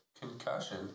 concussion